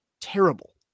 terrible